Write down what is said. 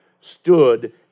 stood